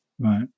Right